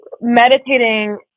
meditating